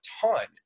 ton